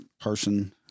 person